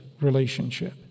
relationship